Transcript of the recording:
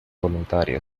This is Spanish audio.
voluntaria